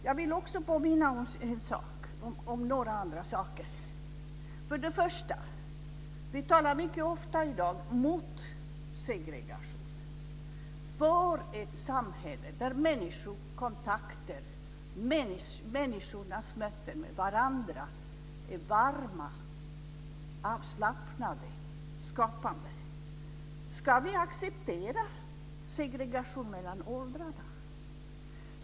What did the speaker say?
Jag vill också påminna om några andra saker. Vi talar mycket ofta i dag mot segregation, för ett samhälle där människokontakter och människornas möten med varandra är varma, avslappnade och skapande.